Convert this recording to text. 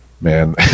Man